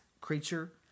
creature